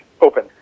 open